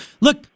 Look